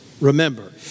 Remember